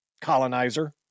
Colonizer